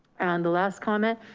and the last comment